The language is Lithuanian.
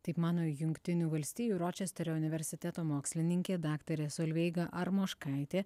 taip mano jungtinių valstijų ročesterio universiteto mokslininkė daktarė solveiga armoškaitė